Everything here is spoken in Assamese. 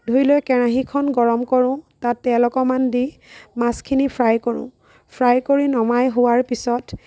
ধুই লৈ কেৰাহীখন গৰম কৰোঁ তাত তেল অকণমান দি মাছখিনি ফ্ৰাই কৰোঁ ফ্ৰাই কৰি নমাই হোৱাৰ পিছত